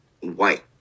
white